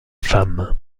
femme